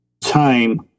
time